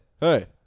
hey